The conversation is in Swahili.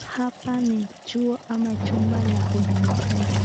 Hapa ni chuo ama chumba la huduma [centre].